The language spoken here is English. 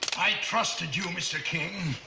i trusted you, mr. king.